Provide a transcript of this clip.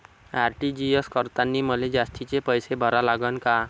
RTGS करतांनी मले जास्तीचे पैसे भरा लागन का?